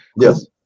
Yes